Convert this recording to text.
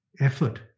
effort